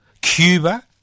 Cuba